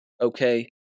okay